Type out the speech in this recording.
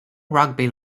rugby